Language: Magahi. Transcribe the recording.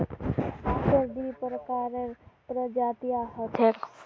बांसेर दी प्रकारेर प्रजातियां ह छेक